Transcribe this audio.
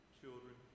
children